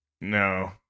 No